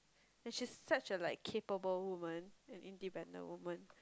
and she's such a like capable woman and independent woman